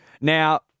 Now